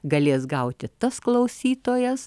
galės gauti tas klausytojas